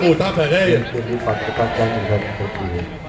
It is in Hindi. ऋण के लिए पात्रता क्या निर्धारित करती है?